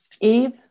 Eve